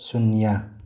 ꯁꯨꯅ꯭ꯌꯥ